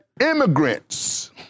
immigrants